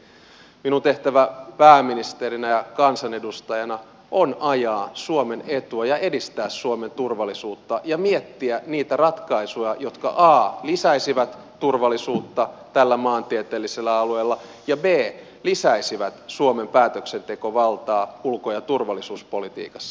minun tehtäväni pääministerinä ja kansanedustajana on ajaa suomen etua ja edistää suomen turvallisuutta ja miettiä niitä ratkaisuja jotka a lisäisivät turvallisuutta tällä maantieteellisellä alueella ja b lisäisivät suomen päätöksentekovaltaa ulko ja turvallisuuspolitiikassa